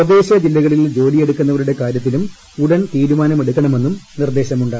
സ്വദേശ ജില്ലകളിൽ ജോലിയെടുക്കൂന്നവർുടെ കാര്യത്തിലും ഉടൻ തീരുമാനമെടുക്കണമെന്നും നീർദ്ദേശമുണ്ട്